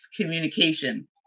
communication